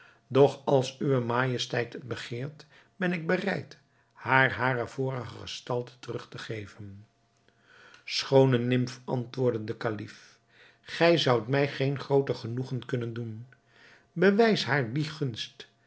doch als uwe majesteit het begeert ben ik bereid haar hare vorige gestalte terug te geven schoone nimf antwoordde de kalif gij zoudt mij geen grooter genoegen kunnen doen bewijs haar